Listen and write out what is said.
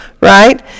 Right